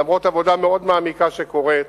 למרות עבודה מאוד מעמיקה שקורית,